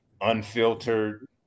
unfiltered